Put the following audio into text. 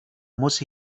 muss